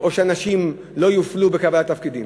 או שהנשים לא יופלו בקבלת התפקידים.